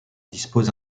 dispose